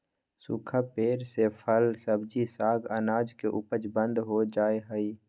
सूखा पेड़ से फल, सब्जी, साग, अनाज के उपज बंद हो जा हई